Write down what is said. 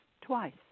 twice